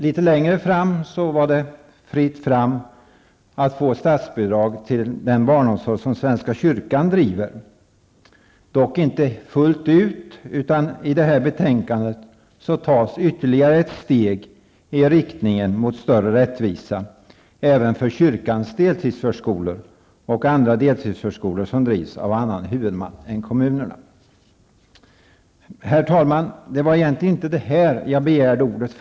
Litet längre fram var det fritt fram för statsbidrag till den barnomsorg som svenska kyrkan driver, dock inte fullt ut. I det här betänkandet tas ytterligare ett steg i riktning mot större rättvisa även för kyrkans deltidsförskolor och andra deltidsförskolor som drivs av annan huvudman än kommunerna. Herr talman! Detta var egentligen inte orsaken till att jag begärde ordet.